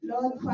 Lord